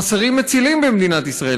חסרים מצילים במדינת ישראל.